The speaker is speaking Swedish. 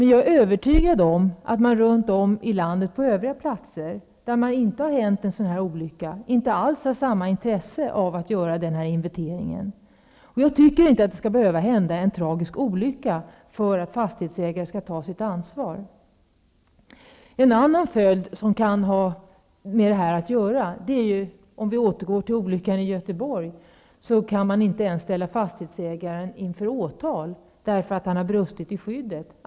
Jag är övertygad om att man inte alls har samma intresse av att göra en sådan här inventering på övriga platser runt om i landet där en sådan här olycka inte har hänt. Jag tycker inte att en tragisk olycka skall behöva hända för att fastighetsägare skall ta sitt ansvar. För att återgå till olyckan i Göteborg vill jag framhålla att man inte ens kan ställa fastighetsägaren inför åtal för att han brustit i åtgärdandet av skydd.